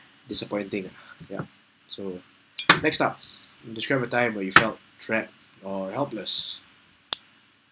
disappointing ah ya so next up can describe a time where you felt trapped or helpless